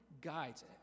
guides